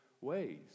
ways